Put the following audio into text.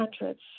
hundreds